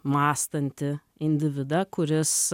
mąstantį individą kuris